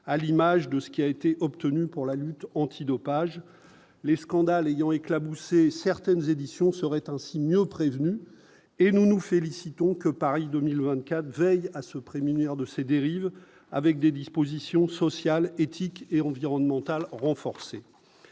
à l'image de ce qui a été obtenu pour la lutte antidopage, les scandales ayant éclaboussé certaines éditions seraient ainsi mieux prévenus et nous nous félicitons que Paris 2024 veille à se prémunir de ces dérives avec des dispositions sociales, éthiques et environnementales, renforcer